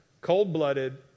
Cold-blooded